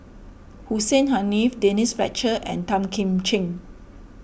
Hussein Haniff Denise Fletcher and Tan Kim Ching